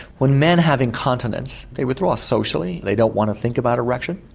when men have incontinence they withdraw socially, they don't want to think about erection.